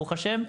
ברוך השם,